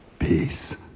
Peace